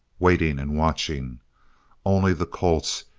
waiting and watching only the colts,